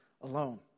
alone